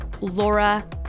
Laura